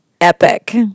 epic